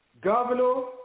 Governor